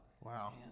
Wow